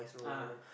(uh huh)